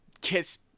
KISS